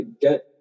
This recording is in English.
get